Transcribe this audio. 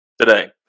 today